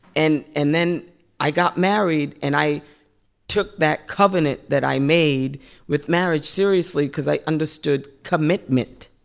and and then i got married. and i took that covenant that i made with marriage seriously because i understood commitment,